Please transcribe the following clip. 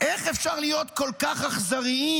איך אפשר להיות כל כך אכזריים,